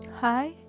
hi